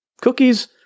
Cookies